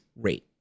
rate